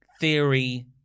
Theory